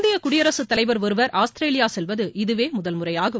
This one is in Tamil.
இந்திய குடியரசு தலைவர் ஒருவர் ஆஸ்திரேலியா செல்வது இதுவே முதல் முறையாகும்